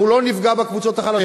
אנחנו לא נפגע בקבוצות החלשות,